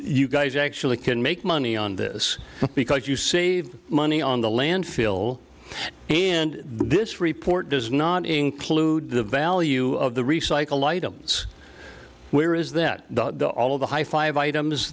you guys actually can make money on this because you save money on the landfill and this report does not include the value of the recycle lytle it's where is that the all of the high five items